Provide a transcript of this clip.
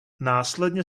následně